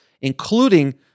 including